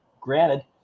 granted